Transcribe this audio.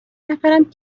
نفرم